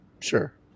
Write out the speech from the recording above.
Sure